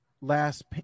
last